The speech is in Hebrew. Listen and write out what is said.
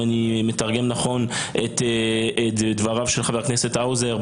אם אני מתרגם נכון את דבריו של חבר הכנסת האוזר,